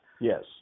Yes